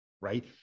right